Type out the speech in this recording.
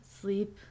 Sleep